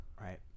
Right